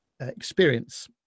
experience